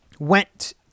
went